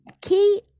Key